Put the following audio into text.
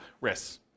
risks